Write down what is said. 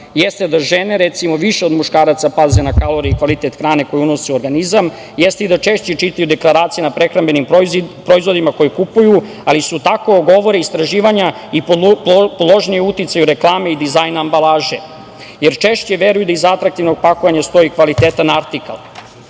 Recimo, žene više od muškaraca paze na kalorije i kvalitet hrane koju unose u organizam, češće čitaju deklaracije na prehrambenim proizvodima koje kupuju, ali su, tako govore istraživanja, i podložnije uticaju reklame i dizajna ambalaže, jer češće veruju da iza atraktivnog pakovanja stoji kvalitetan artikal. Mlađa